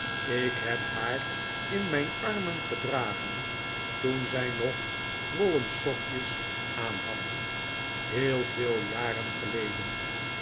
ik heb haar in mijn armen gedragen toen zij nog wollen sokjes aanhad heel veel jaren geleden